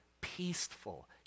peaceful